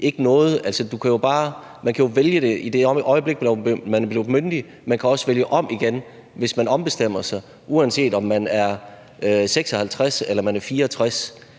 man kan jo vælge det i det øjeblik, man er blevet myndig. Man kan også vælge om igen, hvis man ombestemmer sig, uanset om man er 56 år eller 64